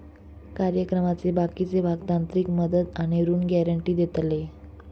कार्यक्रमाचे बाकीचे भाग तांत्रिक मदत आणि ऋण गॅरेंटी देतले